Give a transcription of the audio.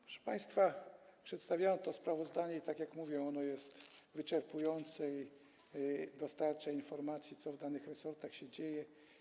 Proszę państwa, przedstawione sprawozdanie, tak jak mówię, jest wyczerpujące i dostarcza informacji, co w danych resortach się dzieje.